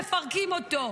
מפרקים אותו.